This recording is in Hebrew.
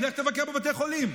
לך תבקר בבתי חולים.